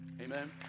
Amen